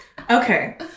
Okay